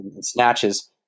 snatches